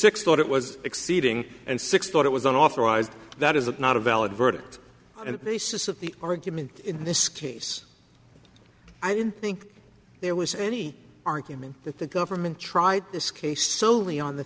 six thought it was exceeding and six thought it was an authorized that is it not a valid verdict and basis of the argument in this case i didn't think there was any argument that the government tried this case solely on the